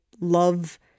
love